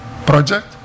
project